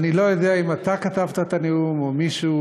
אני לא יודע אם אתה כתבת את הנאום או מישהו